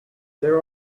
there